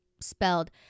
spelled